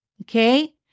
Okay